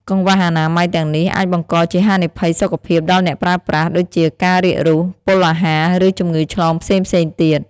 កង្វះអនាម័យទាំងនេះអាចបង្កជាហានិភ័យសុខភាពដល់អ្នកប្រើប្រាស់ ដូចជាការរាករូស ពុលអាហារ ឬជំងឺឆ្លងផ្សេងៗទៀត។